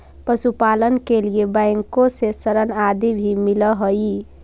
पशुपालन के लिए बैंकों से ऋण आदि भी मिलअ हई